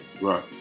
Right